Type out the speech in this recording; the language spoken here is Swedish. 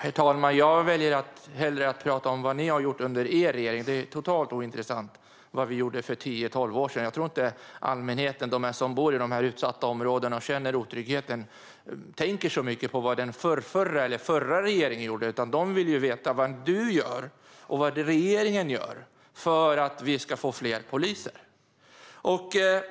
Herr talman! Jag vill hellre tala om vad ni har gjort under er regering. Det är totalt ointressant vad vi gjorde för tio tolv år sedan. Jag tror inte att allmänheten som bor i de utsatta områdena och känner otryggheten tänker så mycket på vad den förrförra eller den förra regeringen gjorde. De vill veta vad du, Morgan Johansson, och regeringen gör för att vi ska få fler poliser.